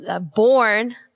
born